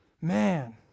man